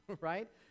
right